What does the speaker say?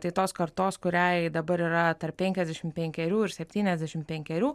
tai tos kartos kuriai dabar yra tarp penkiasdešimt penkerių ir septyniasdešimt penkerių